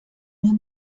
nur